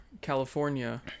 california